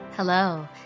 Hello